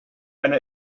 einer